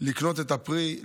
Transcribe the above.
לקנות את הפרי,